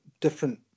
different